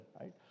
right